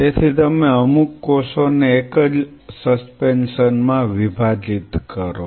તેથી તમે અમુક કોષોને એક જ સસ્પેન્શનમાં વિભાજીત કરો